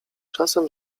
czasem